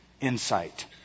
insight